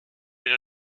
une